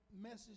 message